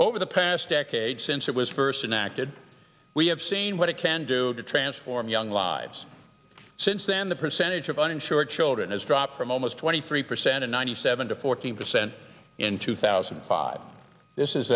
over the past decade since it was first in acted we have seen what it can do to transform young lives since then the percentage of uninsured children has dropped from almost twenty three percent in ninety seven to fourteen percent in two thousand and five this is